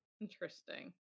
Interesting